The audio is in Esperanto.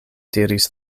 diris